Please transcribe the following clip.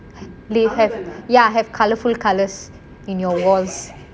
they have ya have colourful colours in your walls